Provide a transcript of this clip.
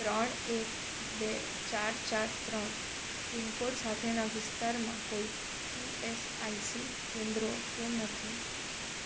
ત્રણ એક બે ચાર ચાર ત્રણ પિનકોડ સાથેના વિસ્તારમાં કોઈ ઇ એસ આઇ સી કેન્દ્રો કેમ નથી